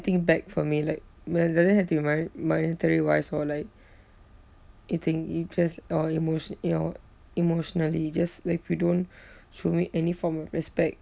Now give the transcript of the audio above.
thing back for me like do~ doesn't had to be mone~ monetary wise or like or emotion you're emotionally just like if you don't show me any form of respect